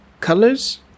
colors